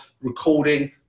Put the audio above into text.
recording